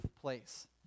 place